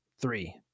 three